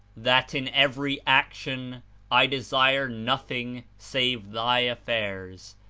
that in every action i desire nothing save thy affairs,